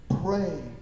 Pray